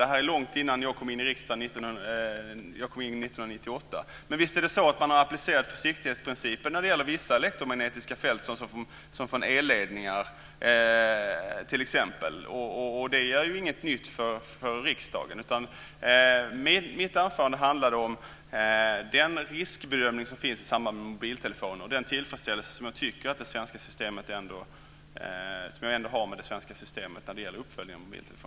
Det gjordes långt innan jag kom in i riksdagen; jag kom in 1998. Men visst har man applicerat försiktighetsprincipen när det gäller vissa elektromagnetiska fält, t.ex. från elledningar. Det är inget nytt för riksdagen. Mitt anförande handlade om den riskbedömning som finns i samband med mobiltelefoner och den tillfredsställelse som jag ändå känner med det svenska systemet när det gäller uppföljningen av detta.